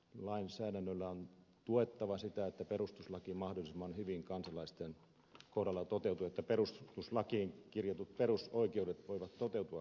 lainsäädännöllä on tuettava sitä että perustuslaki mahdollisimman hyvin kansalaisten kohdalla toteutuu että perustuslakiin kirjatut perusoikeudet voivat toteutua kansalaisten kohdalla